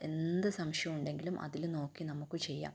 എന്ത് സംശയം ഉണ്ടെങ്കിലും അതിൽ നോക്കി നമുക്ക് ചെയ്യാം